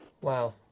Wow